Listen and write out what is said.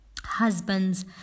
husbands